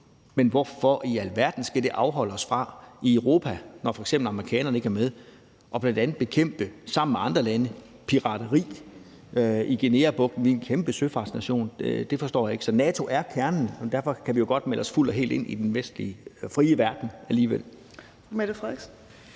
Men hvorfor i alverden skal det afholde os fra i Europa, når f.eks. amerikanerne ikke er med, sammen med andre lande at bekæmpe bl.a. pirateri i Guineabugten? Vi er en kæmpe søfartsnation. Det forstår jeg ikke. NATO er kernen, men derfor kan vi jo alligevel godt melde os fuldt og helt ind i den vestlige frie verden. Kl.